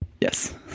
Yes